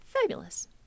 Fabulous